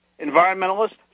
environmentalists